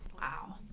wow